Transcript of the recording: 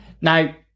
now